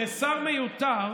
לשר מיותר